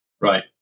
right